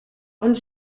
und